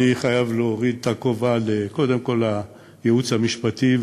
אני חייב להוריד את הכובע קודם כול לייעוץ המשפטי,